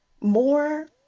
more